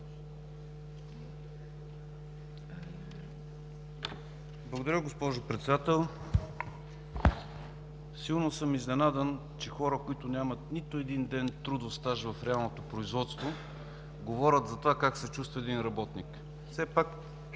Благодаря, госпожо Председател. Силно съм изненадан, че хора, които нямат нито един стаж в реалното производство, говорят за това как се чувства един работник.